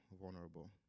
vulnerable